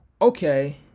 okay